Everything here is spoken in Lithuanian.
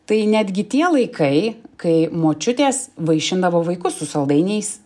tai netgi tie laikai kai močiutės vaišindavo vaikus su saldainiais